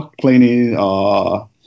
cleaning